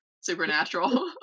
supernatural